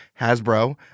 Hasbro